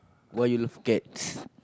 why you love cat